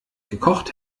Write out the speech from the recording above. gekocht